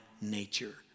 nature